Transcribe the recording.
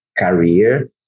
career